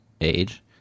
age